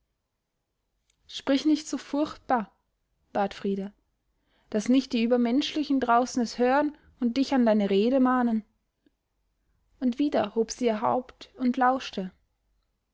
sprich nicht so furchtbar bat frida daß nicht die übermenschlichen draußen es hören und dich an deine rede mahnen und wieder hob sie ihr haupt und lauschte